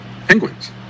penguins